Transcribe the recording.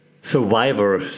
survivor